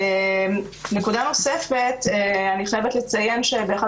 נקודה נוספת אני חייבת לציין שבאחד